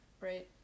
right